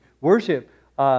worship